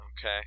Okay